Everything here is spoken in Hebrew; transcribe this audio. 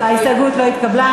ההסתייגות לא התקבלה.